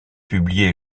publié